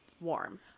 warm